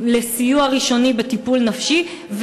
לסיוע ראשוני בטיפול נפשי,